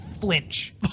Flinch